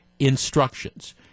instructions